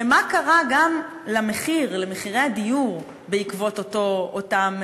הרי מה קרה גם למחירי הדיור בעקבות אותה,